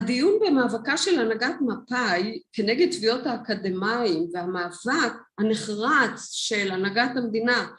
הדיון במאבקה של הנהגת מפא"י היא כנגד תביעות האקדמיים והמאבק הנחרץ של הנהגת המדינה